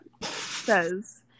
says